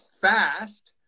fast